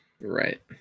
Right